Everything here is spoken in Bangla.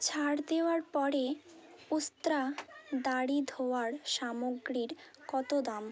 ছাড় দেওয়ার পরে উস্ত্রা দাড়ি ধোয়ার সামগ্রীর কতো দাম